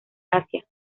asia